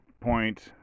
point